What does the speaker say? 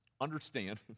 understand